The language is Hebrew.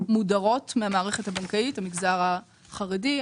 מודרות מהערכת הבנקאים כמו המגזר החרדי,